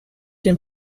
dem